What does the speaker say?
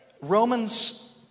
Romans